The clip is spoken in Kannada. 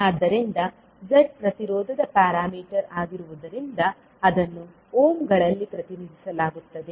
ಆದ್ದರಿಂದ z ಪ್ರತಿರೋಧದ ಪ್ಯಾರಾಮೀಟರ್ ಆಗಿರುವುದರಿಂದ ಅದನ್ನು ಓಮ್ಗಳಲ್ಲಿ ಪ್ರತಿನಿಧಿಸಲಾಗುತ್ತದೆ